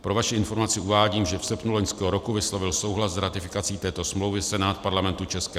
Pro vaši informaci uvádím, že v srpnu loňského roku vyslovil souhlas s ratifikací této smlouvy Senát Parlamentu ČR.